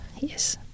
yes